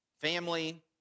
family